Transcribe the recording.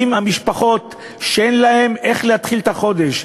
המשפחות שאין להן איך להתחיל את החודש,